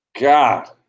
God